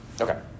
Okay